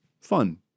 fun